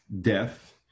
death